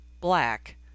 Black